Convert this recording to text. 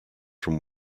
from